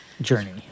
journey